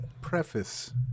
preface